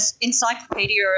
encyclopedia